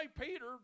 Peter